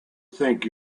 think